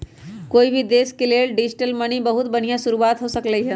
कोई भी देश के लेल डिजिटल मनी बहुत बनिहा शुरुआत हो सकलई ह